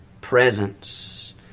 presence